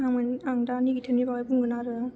आं मानि आं दा नेगेटिभनि बागै बुंगोन आरो